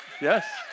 Yes